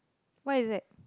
what is that